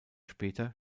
später